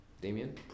Damien